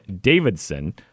Davidson